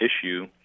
issue